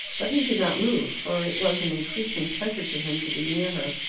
but he did not move, for it was an increasing pleasure to him to be near her,